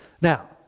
now